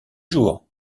jours